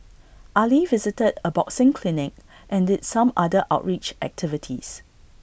Ali visited A boxing clinic and did some other outreach activities